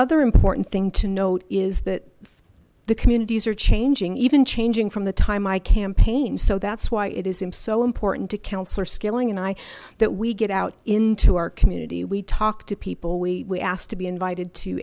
other important thing to note is that the communities are changing even changing from the time i campaign so that's why it is him so important to councillor skilling and i that we get out into our community we talk to people we asked to be invited to